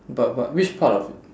but but which part of it